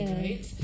right